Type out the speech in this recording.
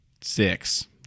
Six